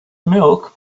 milk